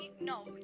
no